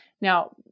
Now